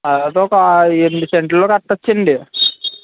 అదొక ఎన్నిసెంట్లో కట్టవచ్చండి